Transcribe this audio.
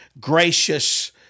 gracious